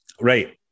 Right